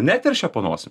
neteršia po nosi